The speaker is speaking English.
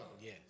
Yes